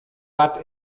bat